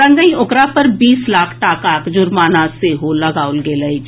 संगहि ओकरा पर बीस लाख टाकाक जुर्माना सेहो लगाओल गेल अछि